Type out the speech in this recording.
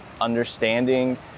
understanding